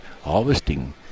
harvesting